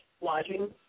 lodging